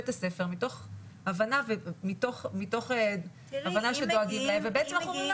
שמים אותם בבית הספר מתוך הבנה שדואגים להם ובעצם אנחנו אומרים